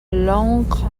longue